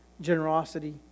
generosity